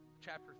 chapter